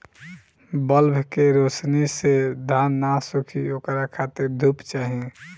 bulb के रौशनी से धान न सुखी ओकरा खातिर धूप चाही